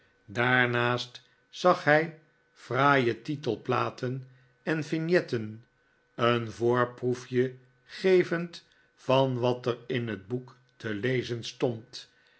daarnaast zag hij fraaie titelplaten en maarten chuzzlewit vignetten een voorproefje gevend van wat er in het boek te lezen stond